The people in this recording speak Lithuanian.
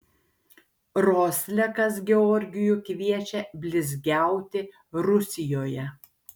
roslekas georgijų kviečia blizgiauti rusijoje